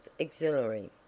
auxiliary